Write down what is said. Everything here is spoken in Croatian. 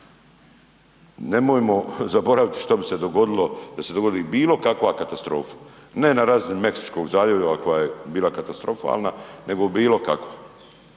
Nemojmo zaboraviti što bi se dogodilo da se dogodi bilo kakva katastrofa, ne na razini Meksičkog zaljeva koja je bila katastrofalna nego bilo kako.